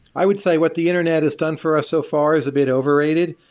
i would say what the internet has done for us so far is a bit overrated.